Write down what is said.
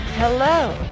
Hello